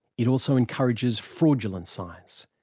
it also encourages fraudulent science,